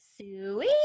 Suey